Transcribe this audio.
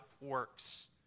works